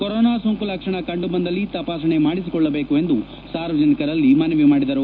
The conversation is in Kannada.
ಕೊರೊನಾ ಸೋಂಕು ಲಕ್ಷಣ ಕಂಡು ಬಂದಲ್ಲಿ ತಪಾಸಣೆ ಮಾಡಿಸಿಕೊಳ್ಳಬೇಕು ಎಂದು ಸಾರ್ವಜನಿಕರಲ್ಲಿ ಮನವಿ ಮಾಡಿದರು